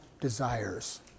desires